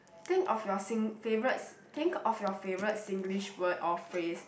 think of your Sing~ favourite think of your favourite Singlish word or phrase